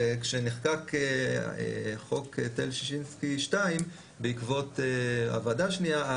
וכשנחקק חוק היטל שישינסקי 2 בעקבות הוועדה השנייה,